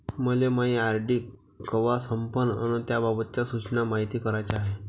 मले मायी आर.डी कवा संपन अन त्याबाबतच्या सूचना मायती कराच्या हाय